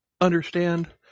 understand